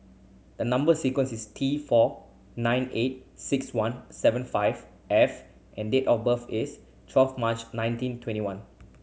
the number sequence is T four nine eight six one seven five F and date of birth is twelve March nineteen twenty one